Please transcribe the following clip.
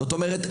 זאת אומרת,